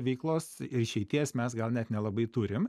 veiklos ir išeities mes gal net nelabai turim